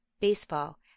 Baseball